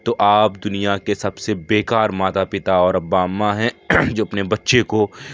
تو آپ دنیا کے سب سے بے کار ماتا پتا اور ابا اماں ہیں جو اپنے بچے کو